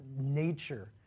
nature